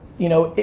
you know?